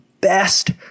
best